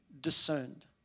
discerned